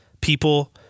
people